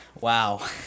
Wow